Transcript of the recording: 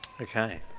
Okay